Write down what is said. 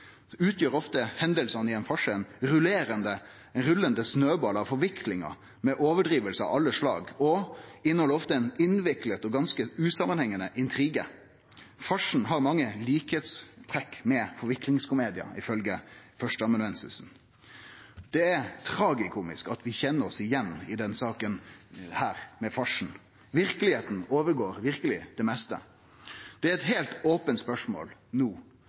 ein farse «en rullende snøball av forviklinger, med overdrivelser av alle slag» og inneheld ofte «en innviklet og ganske usammenhengende intrige». Farsen har mange likskapstrekk med forviklingskomediar, ifølgje førsteamanuensisen. Det er tragikomisk at vi kjenner igjen dette frå farsen i denne saka. Verkelegheita overgår verkeleg det meste. Det er eit heilt ope spørsmål no